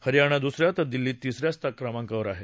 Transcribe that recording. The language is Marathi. हरयाणा दुसऱ्या तर दिल्ली तिसऱ्या क्रमांकावर आहे